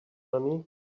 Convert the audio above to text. money